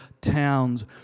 towns